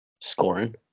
Scoring